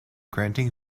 granting